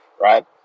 right